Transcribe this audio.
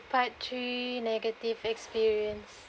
part three negative experience